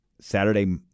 Saturday